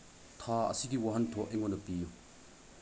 ꯊꯥ ꯑꯁꯤꯒꯤ ꯋꯥꯍꯟꯊꯣꯛ ꯑꯩꯉꯣꯟꯗ ꯄꯤꯌꯨ